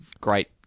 great